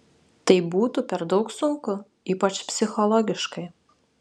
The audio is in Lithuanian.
tai būtų per daug sunku ypač psichologiškai